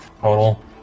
total